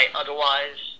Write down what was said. otherwise